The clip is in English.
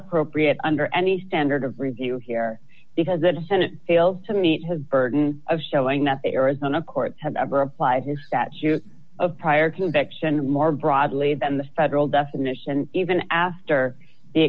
appropriate under any standard of review here because if the senate fails to meet his burden of showing that the arizona courts have ever applied his statute of prior conviction more broadly than the federal definition even after the